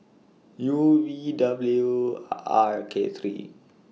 U V W R K three